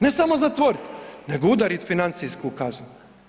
Ne samo zatvoriti ih nego udariti financijsku kaznu.